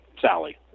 Sally